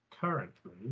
currently